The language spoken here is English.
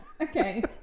Okay